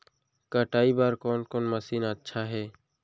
कटाई बर कोन कोन मशीन अच्छा हे?